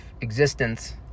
existence